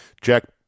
Jack